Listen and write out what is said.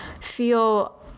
feel